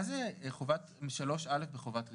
מה זה ב-3(א) בחובת רישום.